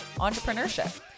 entrepreneurship